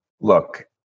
look